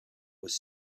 was